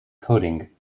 coding